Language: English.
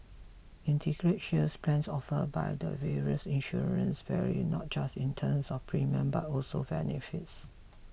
Integrated Shield plans offered by the various insurers vary not just in terms of premium but also benefits